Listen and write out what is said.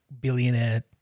billionaire